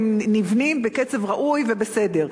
הם נבנים בקצב ראוי ובסדר,